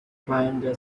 climbed